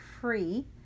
free